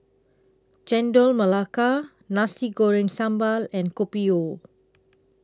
Chendol Melaka Nasi Goreng Sambal and Kopi O